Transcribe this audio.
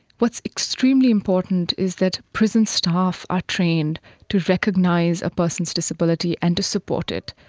what's extremely important is that prison staff are trained to recognise a person's disability and to support it.